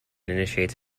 initiates